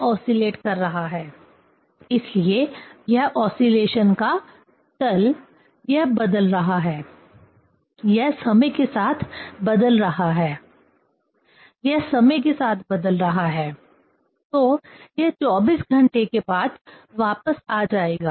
तो यह ओसीलेट कर रहा है इसलिए यह ओसीलेशन का तल यह बदल रहा है यह समय के साथ बदल रहा है यह समय के साथ बदल रहा है तो यह 24 घंटे के बाद वापस आ जाएगा